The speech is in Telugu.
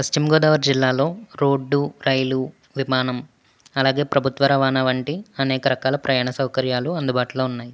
పశ్చిమ గోదావరి జిల్లాలో రోడ్డు రైలు విమానం అలాగే ప్రభుత్వ రవాణా వంటి అనేక రకాల ప్రయాణ సౌకర్యాలు అందుబాటులో ఉన్నాయి